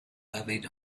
levied